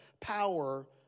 power